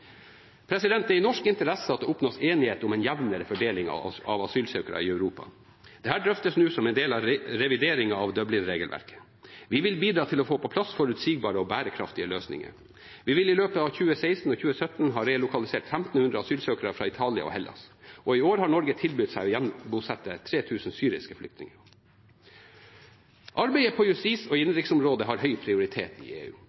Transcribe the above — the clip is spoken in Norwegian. Det er i norsk interesse at det oppnås enighet om en jevnere fordeling av asylsøkere i Europa. Dette drøftes nå som en del av revideringen av Dublin-regelverket. Vi vil bidra til å få på plass forutsigbare og bærekraftige løsninger. Vi vil i løpet av 2016 og 2017 ha relokalisert 1 500 asylsøkere fra Italia og Hellas. Og i år har Norge tilbudt seg å gjenbosette 3 000 syriske flyktninger. Arbeidet på justis- og innenriksområdet har høy prioritet i EU.